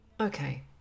Okay